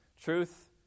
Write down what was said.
Truth